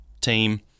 team